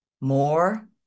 More